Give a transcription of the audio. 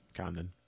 condon